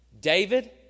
David